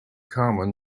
common